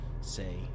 say